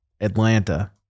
Atlanta